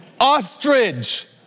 Ostrich